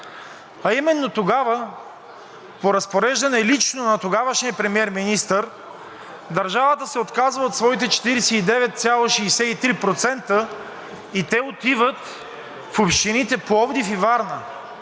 Гергов. Тогава по разпореждане лично на тогавашния премиер-министър държавата се отказва от своите 49,63% и те отиват в общините Пловдив и Варна,